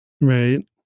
Right